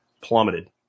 plummeted